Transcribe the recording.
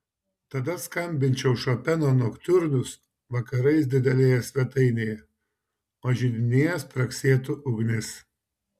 tada skambinčiau šopeno noktiurnus vakarais didelėje svetainėje o židinyje spragsėtų ugnis